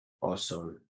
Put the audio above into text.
Awesome